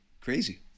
Crazy